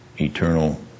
eternal